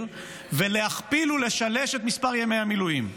ולהכפיל ולשלש את מספר ימי המילואים.